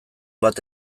bat